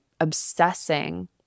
obsessing